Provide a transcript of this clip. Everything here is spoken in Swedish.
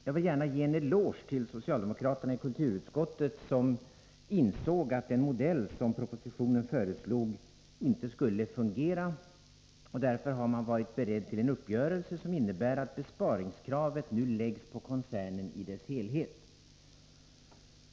Jag vill gärna ge en eloge till socialdemokraterna i kulturutskottet, som insåg att den modell som propositionen föreslog inte skulle fungera. Därför har man varit beredd till en uppgörelse som innebär att besparingskravet nu läggs på koncernen i dess helhet.